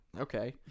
Okay